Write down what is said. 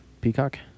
Peacock